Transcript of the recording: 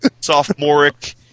sophomoric